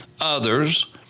others